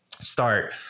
start